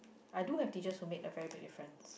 I do have teachers who made a very big difference